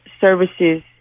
services